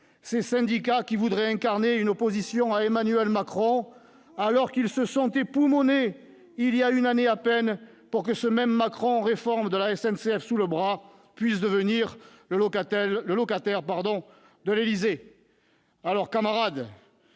ces syndicats qui voudraient incarner une opposition à Emmanuel Macron alors qu'ils se sont époumonés il y a une année à peine pour que ce même Macron puisse devenir, réforme de la SNCF sous le bras, le locataire de l'Élysée. C'est